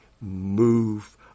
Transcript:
move